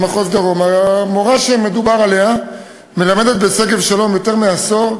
המורה שמדובר עליה מלמדת בשגב-שלום יותר מעשור.